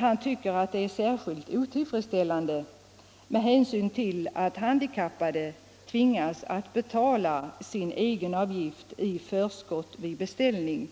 Han tyckte att detta var särskilt otillfredsställande med hänsyn till att de handikappade tvingas betala sin egenavgift i förskott vid beställningen.